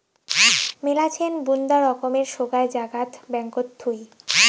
মেলাছেন বুন্দা রকমের সোগায় জাগাত ব্যাঙ্কত থুই